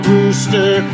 Rooster